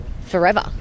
forever